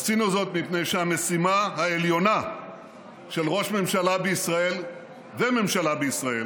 עשינו זאת מפני שהמשימה העליונה של ראש ממשלה בישראל וממשלה בישראל